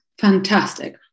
fantastic